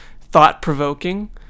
Thought-provoking